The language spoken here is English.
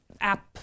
app